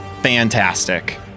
Fantastic